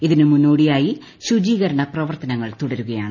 ഇതിന് മുന്നോടിയായി ശുചീകരണ പ്രവർത്തനങ്ങൾ തുടരുകയാണ്